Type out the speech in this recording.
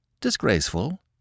Disgraceful